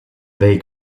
they